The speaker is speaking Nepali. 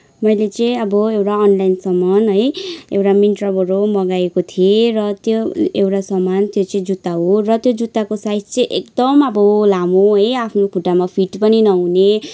मैले चाहिँ अब एउटा अनलाइन सामान है एउटा मिन्त्राबाट मगाएको थिएँ र त्यो एउटा सामान त्यो चाहिँ जुत्ता हो र त्यो जुत्ताको साइज चाहिँ एकदम अब लामो है आफ्नो खुट्टामा फिट पनि नहुने